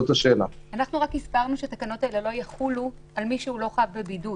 אנחנו רק הסברנו שהתקנות האלה לא יחולו על מי שלא חייב בבידוד.